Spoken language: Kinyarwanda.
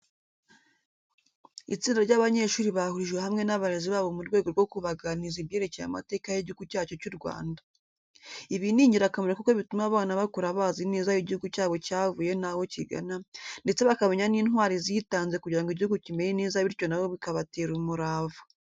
Itsinda ry'abanyeshuri bahurijwe hamwe n'abarezi babo mu rwego rwo kubaganiriza ibyerekeye amateka y'igihugu cyacu cy'u Rwanda. Ibi ni ingirakamaro kuko bituma abana bakura bazi neza aho igihugu cyabo cyavuye n'aho kigana, ndetse bakamenya n'intwari zitanze kugira ngo igihugu kimere neza bityo na bo bikabatera umurava.